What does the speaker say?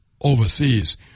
overseas